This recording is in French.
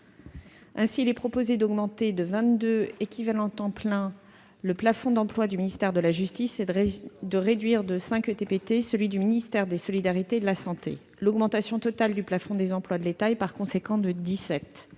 Ainsi, il est proposé d'augmenter de 22 équivalents temps le plafond d'emplois du ministère de la justice et de réduire de 5 ETP celui du ministère des solidarités et de la santé. L'augmentation totale du plafond des emplois de l'État est par conséquent de 17.